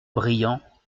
brillants